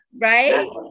Right